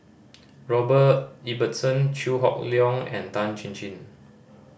Robert Ibbetson Chew Hock Leong and Tan Chin Chin